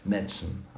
medicine